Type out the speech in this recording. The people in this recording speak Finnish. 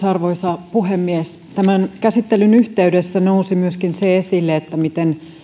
arvoisa puhemies tämän käsittelyn yhteydessä nousi myöskin esille se miten